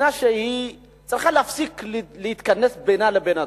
מדינה שצריכה להפסיק להתכנס בינה לבין עצמה,